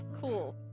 Cool